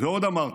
ועוד אמרתי: